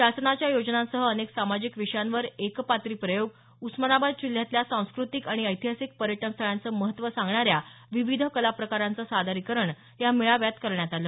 शासनाच्या योजनांसह अनेक सामाजिक विषयांवर एकपात्री प्रयोग उस्मानाबाद जिल्ह्यातल्या सांस्कृतिक आणि ऐतिहासिक पर्यटन स्थळांचं महत्व सांगणाऱ्या विविध कला प्रकारांचं सादरीकरण या मेळाव्यात करण्यात आलं